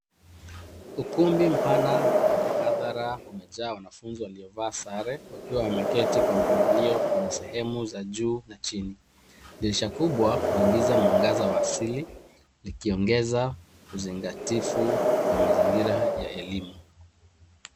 Ukumbi mpana wa mihadhara umejaa wanafunzi waliovaa sare wakiwa wameketi kwa mpangilio kwenye sehemu za juu na chini. Dirisha kubwa huingiza mwangaza wa asili likiongeza uzingatifu wa mazingira ya elimu.